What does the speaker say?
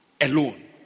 alone